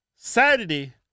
Saturday